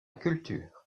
culture